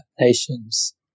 nations